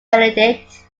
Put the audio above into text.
benedict